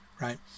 right